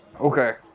Okay